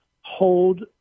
Hold